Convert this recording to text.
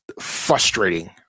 frustrating